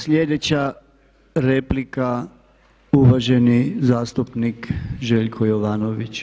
Sljedeća replika uvaženi zastupnik Željko Jovanović.